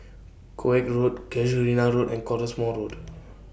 Koek Road Casuarina Road and Cottesmore Road